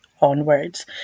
onwards